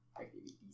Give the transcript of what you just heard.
activities